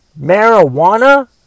marijuana